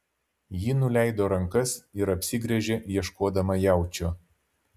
ji nuleido rankas ir apsigręžė ieškodama jaučio